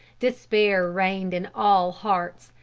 despair reigned in all hearts,